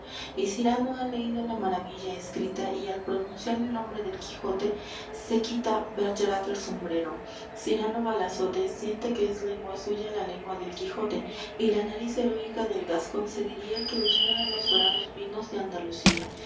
y cyrano ha leído la maravilla escrita y al pronunciar el nombre del quijote se quita bergerac el sombrero cyrano balazote siente que es lengua suya la lengua del quijote y la nariz heroica del gascón se diría que husmea los dorados vinos de andalucía